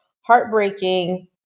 heartbreaking